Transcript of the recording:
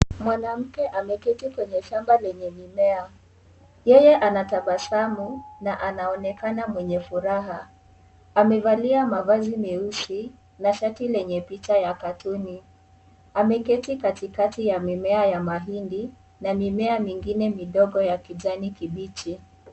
Mwanamke ameketi kwenye lenye mimea ,yeye anatabasamu na anaonekana kwenye furaha amevalia mavazi meusi na shati lenye picha ya (CS)cartooni(CS), ameketi katikati ya mimea ya mahindi na mimea mingine midogo ya kijani kibichi .